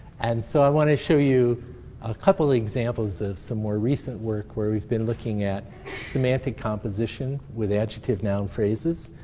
and so i want to show you a couple of examples of some more recent work where we've been looking at semantic composition with the adjective-noun phrases.